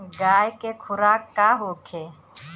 गाय के खुराक का होखे?